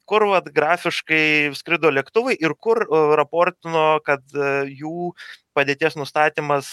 kur vat grafiškai skrido lėktuvai ir kur raportino kad jų padėties nustatymas